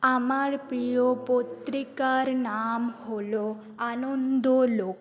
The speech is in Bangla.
আমার প্রিয় পত্রিকার নাম হলো আনন্দলোক